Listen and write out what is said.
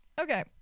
Okay